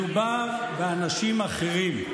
מדובר באנשים אחרים.